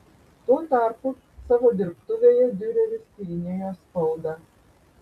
tuo tarpu savo dirbtuvėje diureris tyrinėjo spaudą